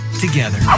together